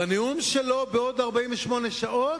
בנאום שלו בעוד 48 שעות,